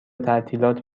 تعطیلات